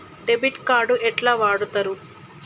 Debit card ఎట్లా వాడుతరు?